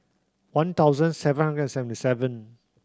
one thousand seven hundred and seventy seven